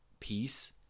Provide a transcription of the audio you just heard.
peace